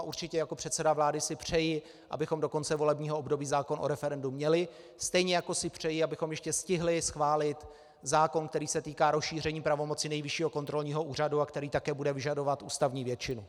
Určitě si jako předseda vlády přeji, abychom do konce volebního období zákon o referendu měli, stejně jako si přeji, abychom ještě stihli schválit zákon, který se týká rozšíření pravomocí Nejvyššího kontrolního úřadu a který také bude vyžadovat ústavní většinu.